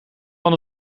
van